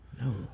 No